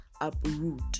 uproot